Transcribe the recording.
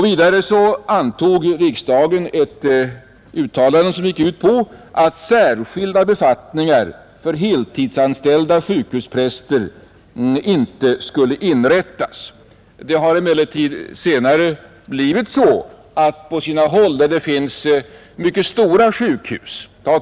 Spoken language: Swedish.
Vidare antog riksdagen ett uttalande som gick ut på att särskilda befattningar för heltidsanställda sjukhuspräster inte skulle inrättas. Det har emellertid senare blivit så att på sina håll, där det finns mycket stora sjukhus, har man fått en speciell prästtjänst.